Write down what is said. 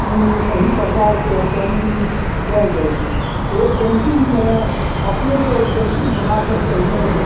कि एहि प्रकारके पेन्टिंग कयल जाइ छै ओ पेन्टिंगमे अपने तऽ पेन्टिंग बनाके पहिने